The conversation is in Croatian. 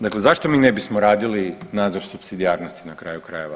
Dakle, zašto mi ne bismo radili nadzor supsidijarnosti na kraju krajeva?